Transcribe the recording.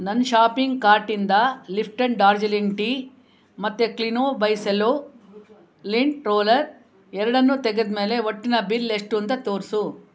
ನನ್ನ ಶಾಪಿಂಗ್ ಕಾರ್ಟಿಂದ Lipton Darjeeling tea ಮತ್ತೆ Kleeno by Cello lint roller ಎರಡನ್ನು ತೆಗೆದಮೇಲೆ ಒಟ್ಟಿನ ಬಿಲ್ ಎಷ್ಟು ಅಂತ ತೋರಿಸು